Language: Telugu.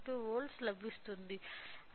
92 వోల్ట్ లభిస్తుంది అది 10 కి దగ్గరగా ఉంటుంది